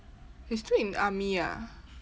he's still in army ah